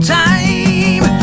time